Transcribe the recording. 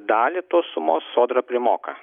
dalį tos sumos sodra primoka